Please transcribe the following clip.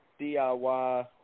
diy